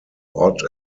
odd